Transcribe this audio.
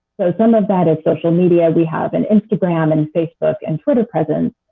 so some of that is social media. we have an instagram and facebook and twitter presence.